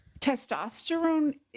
testosterone